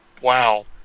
wow